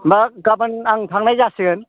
होमबा गाबोन आं थांनाय जासिगोन